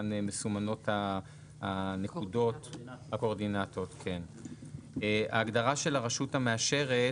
E 34° 17’’ 04″; "הרשות המאשרת"